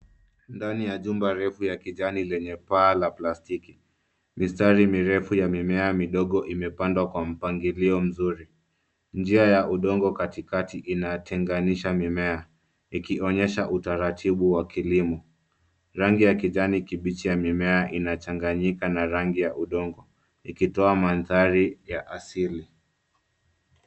Ndani ya jumba refu ya kijani lenye paa la plastiki, mistari mirefu ya mimea midogo imepandwa kwa mpangilio mzuri. Njia ya udongo katikati inatenganisha mimea ikionyesha utaratibu wa kilimo. Rangi ya kijani kibichi ya mimea inachanganyika na rangi ya udongo ikitoa mandhari ya asili.